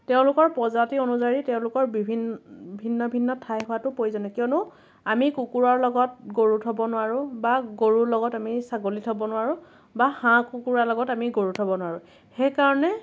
তেওঁলোকৰ প্ৰজাতি অনুযায়ী তেওঁলোকৰ বিভিন ভিন্ন ভিন্ন ঠাই হোৱাতো প্ৰয়োজনীয় কিয়নো আমি কুকুৰৰ লগত গৰু থ'ব নোৱাৰোঁ বা গৰুৰ লগত আমি ছাগলী থ'ব নোৱাৰোঁ বা হাঁহ কুকুৰাৰ লগত আমি গৰু থ'ব নোৱাৰোঁ সেইকাৰণে